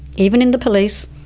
even in the police,